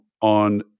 on